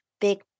big